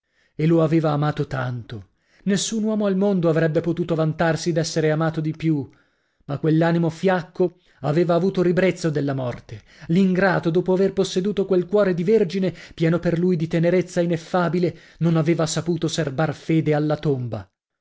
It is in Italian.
e lo aveva amato tanto nessun uomo al mondo avrebbe potuto vantarsi d'essere amato di più ma quell'animo fiacco aveva avuto ribrezzo della morte l'ingrato dopo aver posseduto quel cuore di vergine pieno per lui di tenerezza ineffabile non aveva saputo serbar fede alla tomba